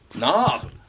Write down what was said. knob